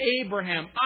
Abraham